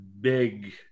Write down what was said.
big